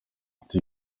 ati